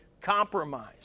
compromise